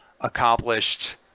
accomplished